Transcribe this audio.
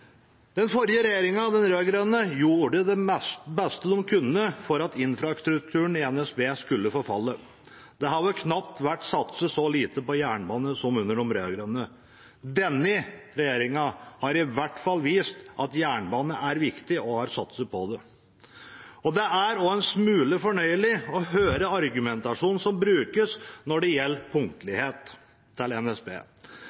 Den forrige regjeringen, den rød-grønne, gjorde det beste de kunne for at infrastrukturen i NSB skulle forfalle. Det har vel knapt vært satset så lite på jernbane som under de rød-grønne. Denne regjeringen har i hvert fall vist at jernbane er viktig, og har satset på det. Det er også en smule fornøyelig å høre argumentasjonen som brukes når det gjelder